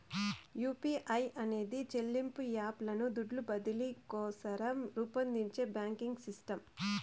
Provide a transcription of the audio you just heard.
UPI అనేది చెల్లింపు app లను దుడ్లు బదిలీ కోసరం రూపొందించే బాంకింగ్ సిస్టమ్